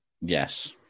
Yes